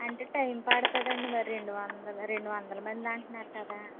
అంటే టైం పడుతుంది అండి మరీ రెండు వందల రెండు వందల మంది అంటున్నారు కదా